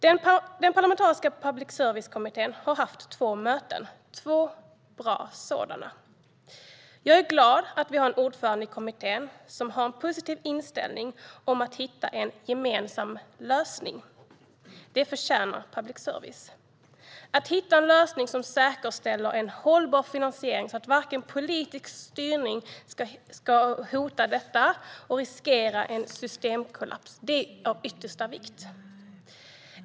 Den parlamentariska public service-kommittén har haft två möten, två bra sådana. Jag är glad att kommittén har en ordförande som har en positiv inställning till att hitta en gemensam lösning. Det förtjänar public service. Det är av yttersta vikt att hitta en lösning som säkerställer hållbar finansiering, så att politisk styrning varken kan hota detta eller riskera en systemkollaps.